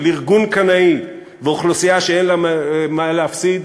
של ארגון קנאי ואוכלוסייה שאין לה מה להפסיד,